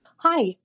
Hi